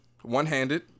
One-handed